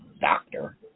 doctor